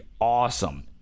awesome